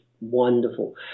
wonderful